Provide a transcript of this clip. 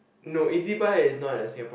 no E_Z-buy is not a Singapore